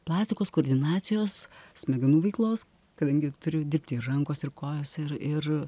plastikos koordinacijos smegenų veiklos kadangi turiu dirbti ir rankos ir kojos ir ir